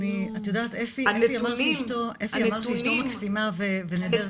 את יודעת, אפי אמר שאשתו מקסימה ונהדרת.